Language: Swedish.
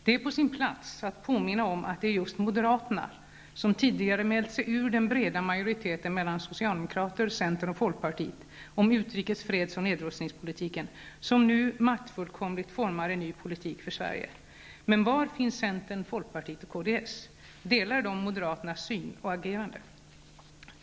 Det är på sin plats att påminna om att det är just moderaterna -- som tidigare mält sig ur den breda majoriteten mellan socialdemokrater, centern och folkpartiet om utrikes-, freds och nedrustningspolitiken -- som nu maktfullkomligt formar en ny politik för Sverige. Men var finns centern, folkpartiet och kds? Delar de moderaternas syn på detta och deras agerande?